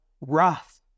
wrath